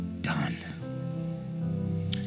done